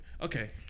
Okay